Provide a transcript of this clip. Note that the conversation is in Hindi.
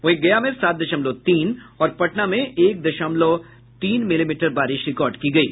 वहीं गया में सात दशमलव तीन और पटना में एक दशमलव तीन मिलीमीटर बारिश रिकॉर्ड की गयी